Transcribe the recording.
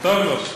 טוב מאוד.